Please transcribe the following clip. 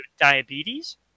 diabetes